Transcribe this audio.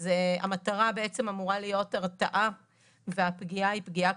אז המטרה אמורה להיות הרתעה והפגיעה כאן היא פגיעה